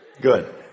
Good